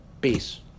Peace